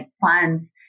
funds